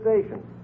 station